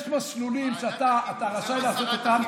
יש מסלולים שאתה רשאי לעשות אותם,